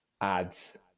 ads